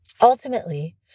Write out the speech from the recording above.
Ultimately